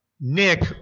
Nick